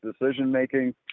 decision-making